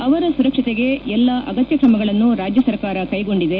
ಅವರ ಸುರಕ್ಷತೆಗೆ ಎಲ್ಲ ಅಗತ್ಯ ಕ್ರಮಗಳನ್ನು ರಾಜ್ಯಸರ್ಕಾರ ಕೈಗೊಂಡಿದೆ